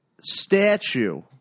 statue